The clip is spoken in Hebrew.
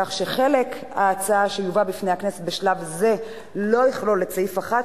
כך שחלק ההצעה שיובא בפני הכנסת בשלב זה לא יכלול את סעיף 1,